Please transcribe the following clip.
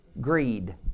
Greed